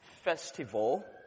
festival